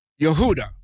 Yehuda